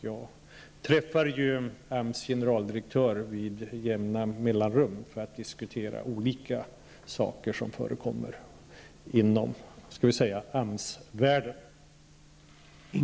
Jag träffar AMS generaldirektör med jämna mellanrum för att diskutera olika frågor som förekommer inom AMS-världen.